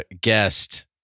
guest